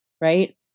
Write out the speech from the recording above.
right